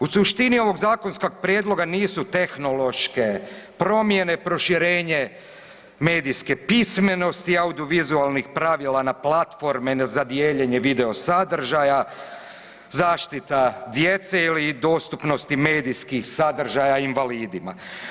U suštini ovog zakonskog prijedloga nisu tehnološke promjene, proširenje medijske pismenosti audiovizualnih pravila na platforme za dijeljenje video sadržaja, zaštita djece ili dostupnosti medijskih sadržaja invalidima.